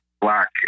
black